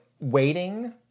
waiting